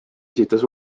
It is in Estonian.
esitas